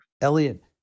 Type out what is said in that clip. Elliot